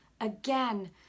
again